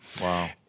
Wow